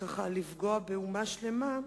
וכך לפגוע באומה שלמה,